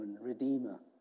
redeemer